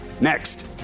Next